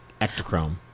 ectochrome